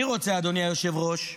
אני רוצה, אדוני היושב-ראש,